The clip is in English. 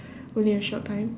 only a short time